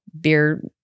beer